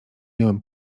miałem